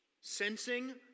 Sensing